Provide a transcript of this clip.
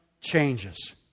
changes